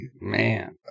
Man